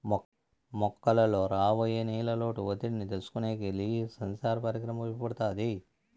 మొక్కలలో రాబోయే నీళ్ళ లోటు ఒత్తిడిని తెలుసుకొనేకి లీఫ్ సెన్సార్ పరికరం ఉపయోగపడుతాది